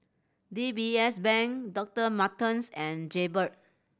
D B S Bank Doctor Martens and Jaybird